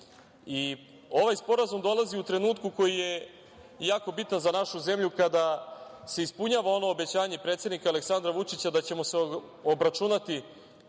sporazum dolazi u trenutku koji je jako bitan za našu zemlju, kada se ispunjava ono obećanje predsednika Aleksandra Vučića da ćemo se obračunati